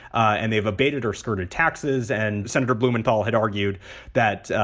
and they have abated or skirted taxes. and senator blumenthal had argued that,